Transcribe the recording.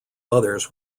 others